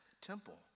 temple